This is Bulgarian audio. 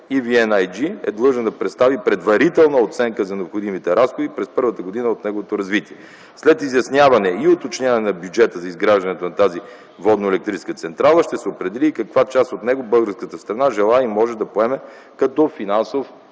Ай Джи” е длъжна да представи предварителна оценка за необходимите разходи през първата година от неговото развитие. След изясняване и уточняване на бюджета за изграждането на тази водно-електрическа централа ще се определи и каква част от него българската страна желае и може да поеме като финансов